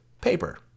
paper